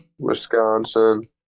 Wisconsin